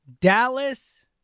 Dallas